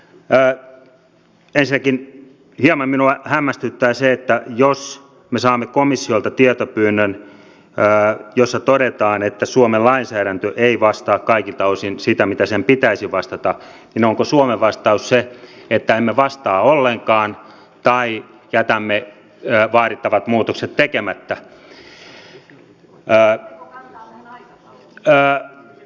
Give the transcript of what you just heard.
ensinnäkin hieman minua hämmästyttää se että jos me saamme komissiolta tietopyynnön jossa todetaan että suomen lainsäädäntö ei vastaa kaikilta osin sitä mitä sen pitäisi vastata niin onko suomen vastaus se että emme vastaa ollenkaan tai jätämme vaadittavat muutokset tekemättä